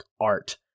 art